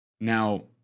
now